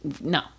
no